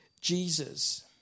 Jesus